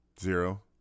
Zero